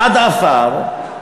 עד עפר,